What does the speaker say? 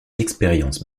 expériences